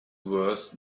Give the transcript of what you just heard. worse